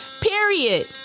period